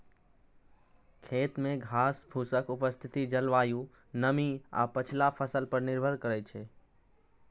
खेत मे घासफूसक उपस्थिति जलवायु, नमी आ पछिला फसल पर निर्भर करै छै